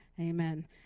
Amen